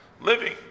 living